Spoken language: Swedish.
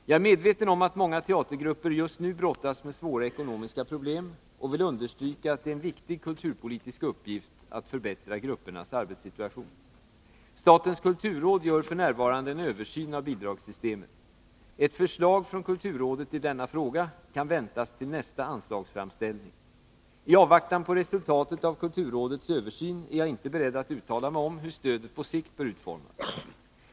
Jag är medveten om att många teatergrupper just nu brottas med svåra ekonomiska problem och vill understryka att det är en viktig kulturpolitisk uppgift att förbättra gruppernas arbetssituation. Statens kulturråd gör f. n. en översyn av bidragssystemet. Ett förslag från kulturrådet i denna fråga kan väntas till nästa anslagsframställning. I avvaktan på resultatet av kulturrådets översyn är jag inte beredd att-uttala mig om hur stödet på sikt bör utformas.